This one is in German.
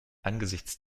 angesichts